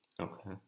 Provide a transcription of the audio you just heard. Okay